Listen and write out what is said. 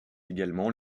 également